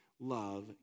love